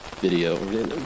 video